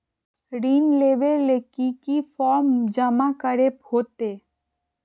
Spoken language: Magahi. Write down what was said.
ऋण लेबे ले की की फॉर्म जमा करे होते?